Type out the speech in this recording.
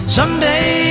Someday